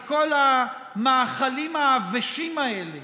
את כל המאכלים העבשים האלה